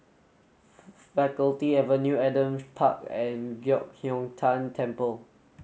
Faculty Faculty Avenue Adam Park and Giok Hong Tian Temple